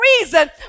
reason